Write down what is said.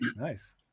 nice